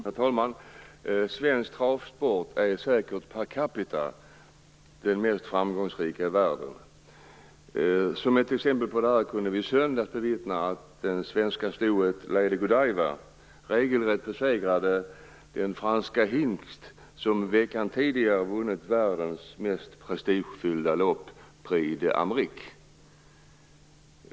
Herr talman! Svensk travsport är säkert den mest framgångsrika i världen per capita. Som ett exempel på detta kunde vi i söndags bevittna att det svenska stoet Lovely Godiva regelrätt besegrade den franska hingst som veckan tidigare vunnit världens mest prestigefyllda lopp, Prix d'Amerique.